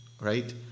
right